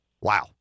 Wow